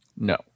No